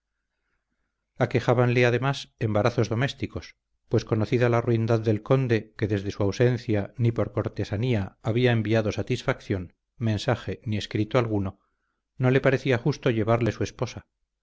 aquejábanle además embarazos domésticos pues conocida la ruindad del conde que desde su ausencia ni por cortesanía había enviado satisfacción mensaje ni escrito alguno no le parecía justo llevarle su esposa